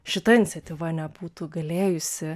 šita iniciatyva nebūtų galėjusi